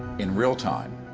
in real time